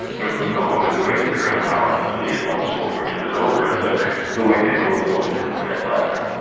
britain was no longer the great imperial power in the middle east once world war ii was over, and so the white paper was always a dead letter.